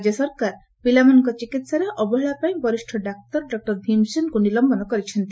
ରାଜ୍ୟ ସରକାର ପିଲାମାନଙ୍କ ଚିକିତ୍ସାରେ ଅବହେଳାପାଇଁ ବରିଷ୍ଣ ଡାକ୍ତର ଡକ୍ଟର ଭୀମ୍ସେନ୍ଙ୍କୁ ନିଲମ୍ବନ କରିଛନ୍ତି